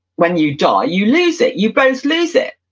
when you die you lose it. you both lose it.